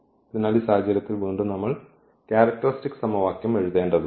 അതിനാൽ ഈ സാഹചര്യത്തിൽ വീണ്ടും നമ്മൾ ക്യാരക്ടറിസ്റ്റിക് സമവാക്യം എഴുതേണ്ടതുണ്ട്